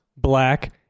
black